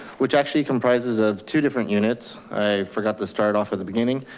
which actually comprises of two different units. i forgot to start off at the beginning.